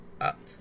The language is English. Up